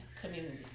community